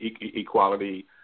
equality